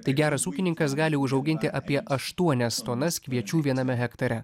tai geras ūkininkas gali užauginti apie aštuonias tonas kviečių viename hektare